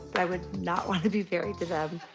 i would not wanna be married to them.